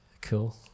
cool